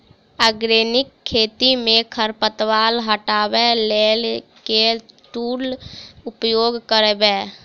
Organic खेती मे खरपतवार हटाबै लेल केँ टूल उपयोग करबै?